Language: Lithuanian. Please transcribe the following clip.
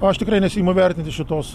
aš tikrai nesiimu vertinti šitos